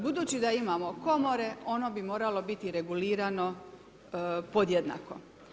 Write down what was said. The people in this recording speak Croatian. Budući da imamo komore ono bi moralo biti regulirano podjednako.